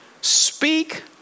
speak